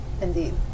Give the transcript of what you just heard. Indeed